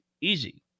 Easy